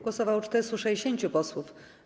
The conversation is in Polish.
Głosowało 460 posłów.